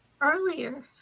earlier